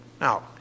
Now